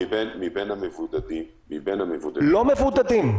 מבין המבודדים --- לא מבודדים.